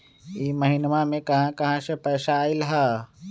इह महिनमा मे कहा कहा से पैसा आईल ह?